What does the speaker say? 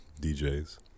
DJs